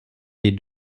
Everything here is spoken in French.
les